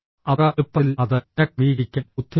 അത്ര എളുപ്പത്തിൽ അത് പുനഃക്രമീകരിക്കാൻ ബുദ്ധിമുട്ടാണ്